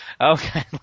Okay